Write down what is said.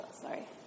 sorry